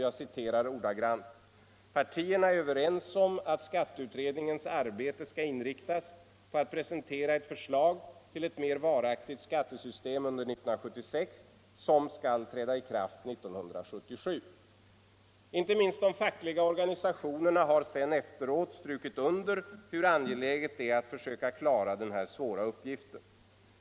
Det heter ordagrant: ”Parterna är överens om att skatteutredningens arbete skall inriktas på att presentera ett förslag till ett mer varaktigt skattesystem under 1976, som skall träda i kraft 1977.” Inte minst de fackliga organisationerna har efteråt strukit under hur angeläget det är att försöka klara denna svåra uppgift.